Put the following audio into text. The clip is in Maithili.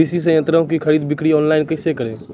कृषि संयंत्रों की खरीद बिक्री ऑनलाइन कैसे करे?